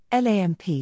LAMP